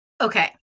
okay